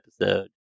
episode